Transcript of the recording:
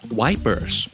wipers